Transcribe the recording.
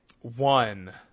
one